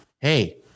hey